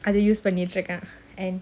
அத:adha use பண்ணிட்ருக்கேன்:pannitruken and